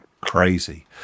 crazy